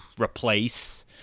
replace